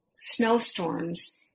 snowstorms